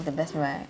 the best where I